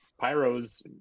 Pyro's